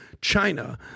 China